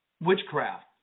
witchcraft